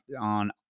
on